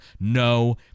no